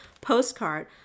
postcard